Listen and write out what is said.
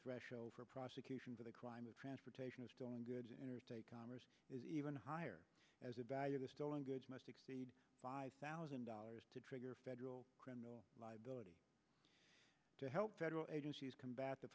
threshold for prosecution for the crime of transportation is doing good interstate commerce is even higher as a value the stolen goods must exceed five thousand dollars to trigger federal criminal liability to help federal agencies combat th